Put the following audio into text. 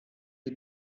die